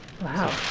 Wow